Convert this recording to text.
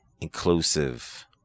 inclusive